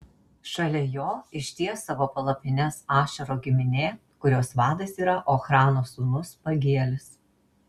šalia jo išties savo palapines ašero giminė kurios vadas yra ochrano sūnus pagielis